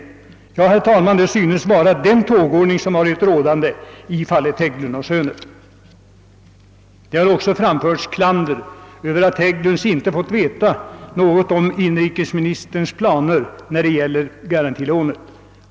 Ja, herr talman, det synes vara den tågordning som varit rådande i fallet Hägglund & Söner. Klander har också framförts mot att Hägglunds inte fått veta något om inrikesministerns planer när det gäller garantilånet.